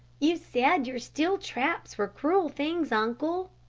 you said your steel traps were cruel things, uncle,